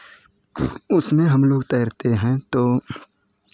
उसमें हम लोग तैरते हैं तो